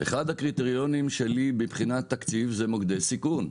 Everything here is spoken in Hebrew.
אחד הקריטריונים הראשונים שלי בבחינת תקציב אלו מוקדי סיכון.